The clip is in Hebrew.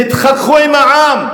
תתחככו עם העם,